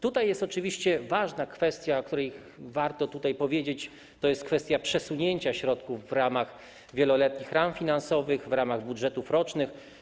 Tutaj jest oczywiście ważna kwestia, o której warto powiedzieć, tj. kwestia przesunięcia środków w ramach wieloletnich ram finansowych, w ramach budżetów rocznych.